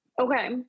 Okay